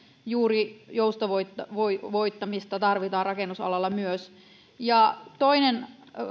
juuri joustavoittamista tarvitaan rakennusalalla myös toinen